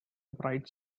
bright